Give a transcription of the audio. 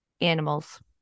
animals